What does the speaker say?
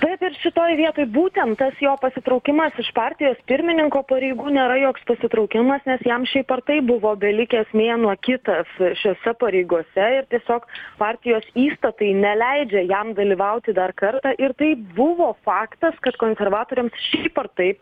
taip ir šitoj vietoj būtent tas jo pasitraukimas iš partijos pirmininko pareigų nėra joks pasitraukimas nes jam šiaip ar taip buvo belikęs mėnuo kitas šiose pareigose ir tiesiog partijos įstatai neleidžia jam dalyvauti dar kartą ir tai buvo faktas kad konservatoriams šiaip ar taip